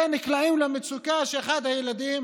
ונקלעות למצוקה כשלאחד הילדים